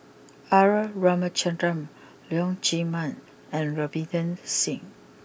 R Ramachandran Leong Chee Mun and Ravinder Singh